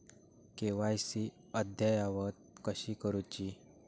KYC अद्ययावत कशी करुची?